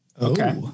Okay